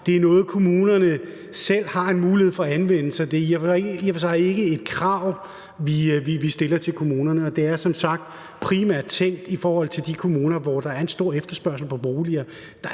sagt noget, kommunerne selv har en mulighed for at anvende, så det er i og for sig ikke et krav, vi stiller til kommunerne. Det er som sagt primært tænkt i forhold til de kommuner, hvor der er en stor efterspørgsel på boliger.